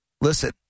listen